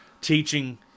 teaching